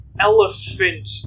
elephant